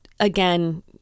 Again